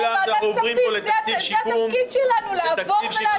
זה התפקיד שלנו לעבור ולאשר.